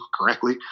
correctly